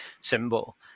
symbol